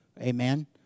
amen